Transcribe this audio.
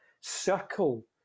circle